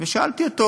ושאלתי אותו: